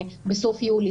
בסוף יולי,